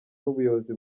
n’ubuyobozi